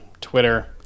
Twitter